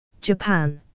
Japan